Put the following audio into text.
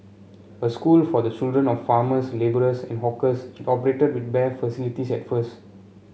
a school for the children of farmers labourers and hawkers it operated with bare facilities at first